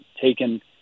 taken